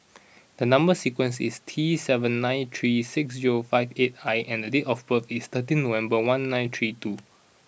the number sequence is T seven nine three six zero five eight I and the date of birth is thirteen October one nine three two